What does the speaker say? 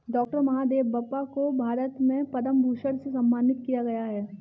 doctor Mahadevappa को भारत में पद्म भूषण से सम्मानित किया गया है